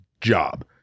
job